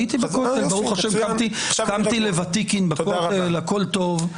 הייתי בכותל, קמתי לוותיקין בכותל והכול טוב.